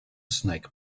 snake